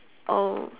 err